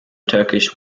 turkish